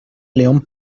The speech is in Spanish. león